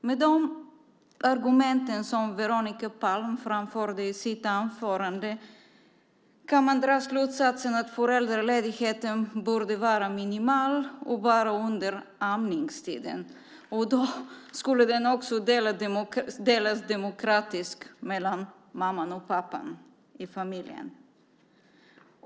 Av de argument som Veronica Palm framfört i sitt inlägg kan man dra slutsatsen att föräldraledigheten borde vara minimal och bara under amningstiden. Då skulle den också delas demokratiskt mellan mamman och pappan i familjen.